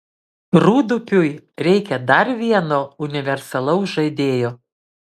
rūdupiui reikia dar vieno universalaus žaidėjo